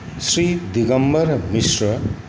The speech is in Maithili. श्री दिगम्बर मिश्रा